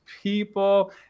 people